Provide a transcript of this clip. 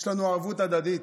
יש לנו ערבות הדדית,